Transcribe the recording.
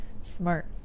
Smart